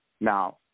Now